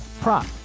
prop